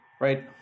right